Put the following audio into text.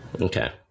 Okay